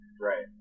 Right